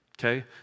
Okay